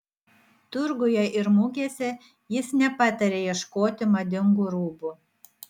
turguje ir mugėse jis nepataria ieškoti madingų rūbų